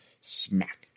Smack